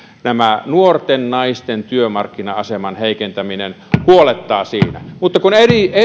tämä nuorten naisten työmarkkina aseman heikentäminen huolettaa siinä mutta kun